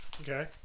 Okay